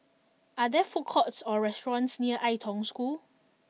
are there food courts or restaurants near Ai Tong School